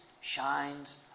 shines